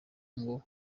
ngo